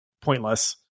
pointless